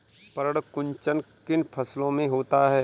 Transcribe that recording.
पर्ण कुंचन किन फसलों में होता है?